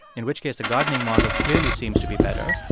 in which case a gardening model clearly seems to be better,